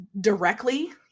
directly